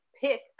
pick